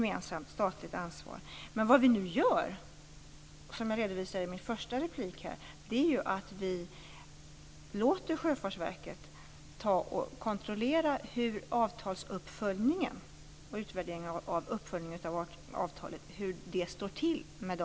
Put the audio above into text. Men som jag redovisade i min första replik låter vi nu Sjöfartsverket kontrollera hur det står till med avtalsuppföljningen och utvärderingen.